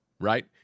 right